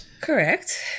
Correct